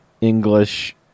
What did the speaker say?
English-